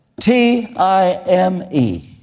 T-I-M-E